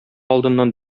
алдыннан